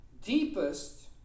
deepest